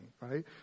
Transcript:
right